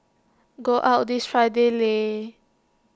go out this Friday Lei